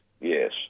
yes